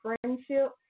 friendship